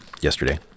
yesterday